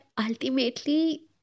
ultimately